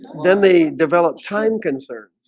then they develop time concerns